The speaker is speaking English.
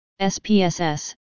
SPSS